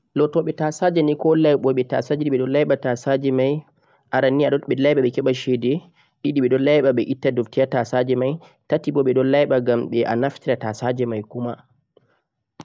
lotobeh tasaje ni ko laibobeh tasaje beh do laiba tasaje mai aran ni beh laiba beh heba chede didi beh do laiba beh itta dutti ha tasaje mai tati boh bedoh laiba gham a naftira tasaje mai kuma